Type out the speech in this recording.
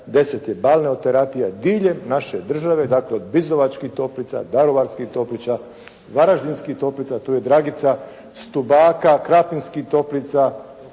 razumije./… terapija, diljem naše države dakle, Bizovačkih toplica, Daruvarskih toplica, Varaždinskih toplica, tu je Dragica, Stubaka, Krapinskih toplica,